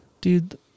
Dude